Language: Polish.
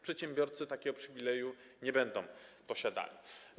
Przedsiębiorcy takiego przywileju nie będą posiadali.